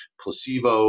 placebo